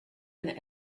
and